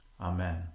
Amen